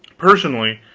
personally,